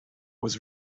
was